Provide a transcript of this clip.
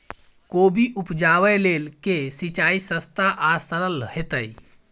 कोबी उपजाबे लेल केँ सिंचाई सस्ता आ सरल हेतइ?